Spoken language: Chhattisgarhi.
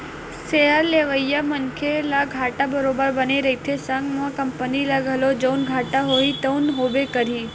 सेयर लेवइया मनखे ल घाटा बरोबर बने रहिथे संग म कंपनी ल घलो जउन घाटा होही तउन होबे करही